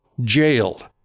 jailed